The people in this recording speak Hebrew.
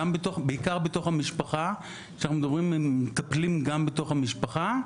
בעיקר בתוך המשפחה כשאנחנו מדברים עם מטפלים גם בתוך המשפחה.